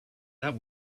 that